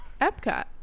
Epcot